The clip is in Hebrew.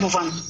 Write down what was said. כמובן.